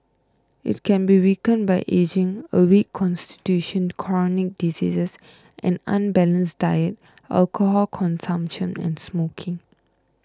it can be weakened by ageing a weak constitution chronic diseases an unbalanced diet alcohol consumption and smoking